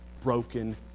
broken